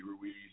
Ruiz